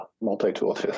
multi-tool